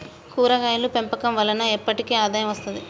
కూరగాయలు పెంపకం వలన ఎప్పటికి ఆదాయం వస్తది